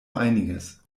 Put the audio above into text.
einiges